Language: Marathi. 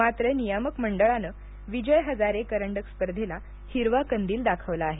मात्र नियामक मंडळानं विजय हजारे करंडक स्पर्धेला हिरवा कंदील दाखवला आहे